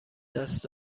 دست